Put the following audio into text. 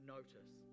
notice